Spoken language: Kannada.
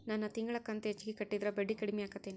ನನ್ ತಿಂಗಳ ಕಂತ ಹೆಚ್ಚಿಗೆ ಕಟ್ಟಿದ್ರ ಬಡ್ಡಿ ಕಡಿಮಿ ಆಕ್ಕೆತೇನು?